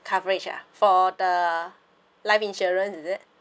coverage ah for the life insurance is it